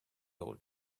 old